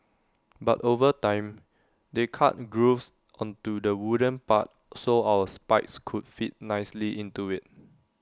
but over time they cut grooves onto the wooden part so our spikes could fit nicely into IT